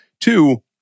Two